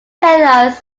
tells